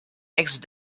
next